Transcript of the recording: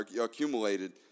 accumulated